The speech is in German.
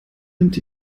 nimmt